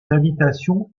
habitations